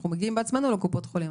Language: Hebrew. אנחנו מגיעים בעצמנו לקופות חולים.